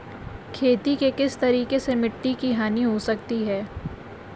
खेती के किस तरीके से मिट्टी की हानि हो सकती है?